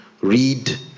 read